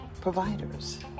providers